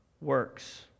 works